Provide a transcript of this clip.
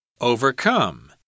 Overcome